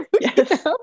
Yes